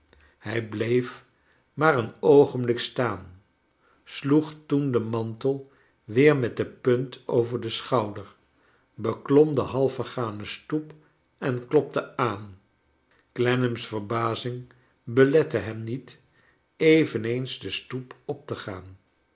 hij bleef maar een oogenblik staan sloeg toen den mantel weer met de punt over den schouder beklom de half vergane stoep en klopte aan clennanrs verbazing belette hem niet eveneens de stoep op te gaan